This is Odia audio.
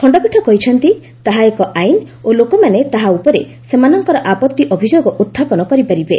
ଖଣ୍ଡପୀଠ କହିଛନ୍ତି ତାହା ଏକ ଆଇନ ଓ ଲୋକମାନେ ତାହା ଉପରେ ସେମାନଙ୍କର ଆପତ୍ତି ଅଭିଯୋଗ ଉତ୍ଥାପନ କରିପାରିବେ